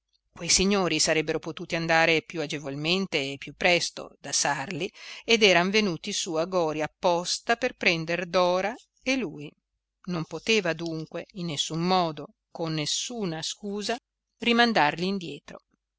quei signori sarebbero potuti andare più agevolmente e più presto da sarli ed eran venuti su a gori apposta per prender dora e lui non poteva dunque in nessun modo con nessuna scusa rimandarli indietro